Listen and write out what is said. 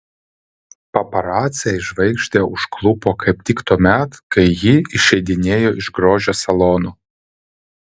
paparaciai žvaigždę užklupo kaip tik tuomet kai ji išeidinėjo iš grožio salono